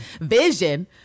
Vision